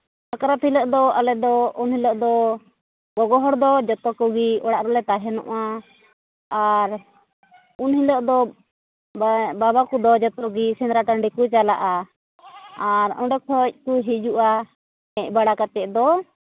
ᱥᱟᱠᱨᱟᱛ ᱦᱤᱞᱳᱜ ᱫᱚ ᱟᱞᱮ ᱫᱚ ᱩᱱ ᱦᱤᱞᱳᱜ ᱫᱚ ᱜᱚᱜᱚ ᱦᱚᱲ ᱫᱚ ᱡᱚᱛᱚ ᱠᱚᱜᱮ ᱚᱲᱟᱜ ᱨᱮᱞᱮ ᱛᱟᱦᱮᱱᱚᱜᱼᱟ ᱟᱨ ᱩᱱ ᱦᱤᱞᱳᱜ ᱫᱚ ᱵᱟ ᱵᱟᱵᱟ ᱠᱚᱫᱚ ᱡᱚᱛᱚ ᱜᱮ ᱥᱮᱸᱫᱽᱨᱟ ᱴᱟᱺᱰᱤ ᱠᱚ ᱪᱟᱞᱟᱜᱼᱟ ᱟᱨ ᱚᱸᱰᱮ ᱠᱷᱚᱡ ᱠᱚ ᱦᱤᱡᱩᱜᱼᱟ ᱦᱮᱡ ᱵᱟᱲᱟ ᱠᱟᱛᱮ ᱫᱚ